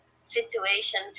situation